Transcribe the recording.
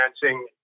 financing